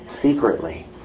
secretly